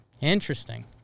Interesting